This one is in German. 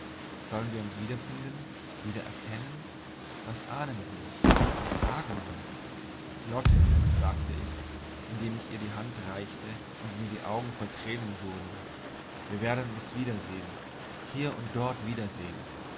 sollen wir uns wieder finden wieder erkennen was ahnen sie was sagen sie lotte sagte ich indem ich ihr die hand reichte und mir die augen voll tränen wurden wir werden uns wiedersehn hier und dort